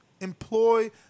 Employ